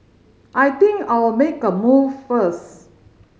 I think I'll make a move first